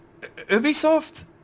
Ubisoft